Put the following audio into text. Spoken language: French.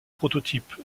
prototype